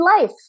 life